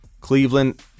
Cleveland